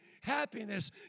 happiness